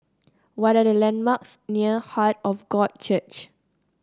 what are the landmarks near Heart of God Church